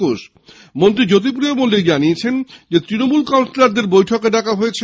খাদ্যমন্ত্রী জ্যোতিপ্রিয় মল্লিক জানিয়েছেন তৃণমূল কাউন্সিলারদের বৈঠক ডাকা হয়েছে